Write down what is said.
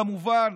כמובן,